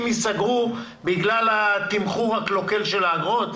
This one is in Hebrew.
ייסגרו בגלל התמחור הקלוקל של האגרות?